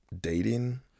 dating